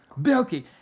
Bilky